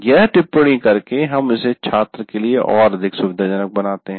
यह टिप्पणी करके आप इसे छात्र के लिए और अधिक सुविधाजनक बनाते हैं